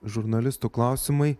žurnalistų klausimai